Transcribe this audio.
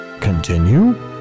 Continue